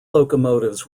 locomotives